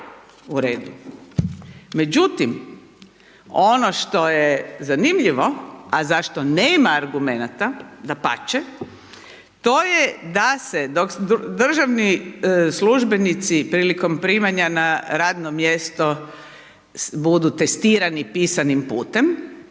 u redu. Međutim, ono što je zanimljivo, a za što nema argumenata dapače, to je da se, dok državni službenici prilikom primanja na radno mjesto budu testirani pisanim putem,